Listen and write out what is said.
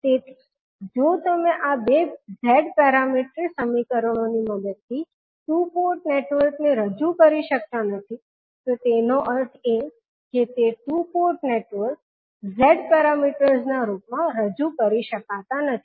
તેથી જો તમે આ બે Z પેરામીટર સમીકરણોની મદદથી ટૂ પોર્ટ નેટવર્કને રજુ કરી શકતા નથી તો તેનો અર્થ એ કે તે ટુ પોર્ટ નેટવર્ક્સ Z પેરામીટર્સના રૂપમાં રજૂ કરી શકાતા નથી